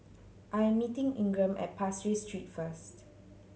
I am meeting Ingram at Pasir Ris Street first